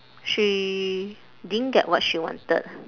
she didn't get what she wanted